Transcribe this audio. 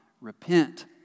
repent